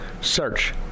Search